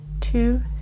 two